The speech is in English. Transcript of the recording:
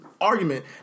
argument